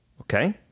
okay